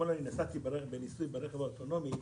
נסעתי אתמול ברכב האוטונומי,